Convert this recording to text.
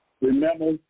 remember